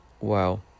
Wow